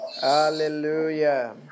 Hallelujah